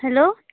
hello